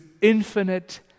infinite